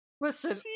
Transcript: Listen